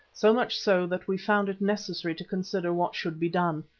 so much so that we found it necessary to consider what should be done.